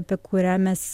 apie kurią mes